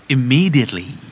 Immediately